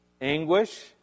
Anguish